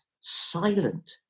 silent